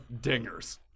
dingers